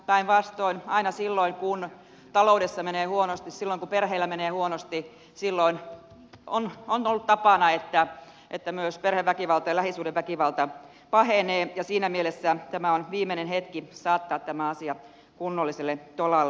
päinvastoin aina silloin kun taloudessa menee huonosti kun perheillä menee huonosti on ollut tapana että myös perheväkivalta ja lähisuhdeväkivalta pahenevat ja siinä mielessä tämä on viimeinen hetki saattaa tämä asia kunnolliselle tolalle